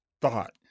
thought